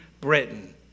Britain